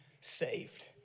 saved